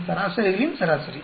இந்த சராசரிகளின் சராசரி